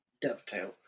dovetail